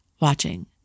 watching